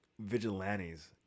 vigilantes